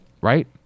right